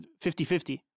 50-50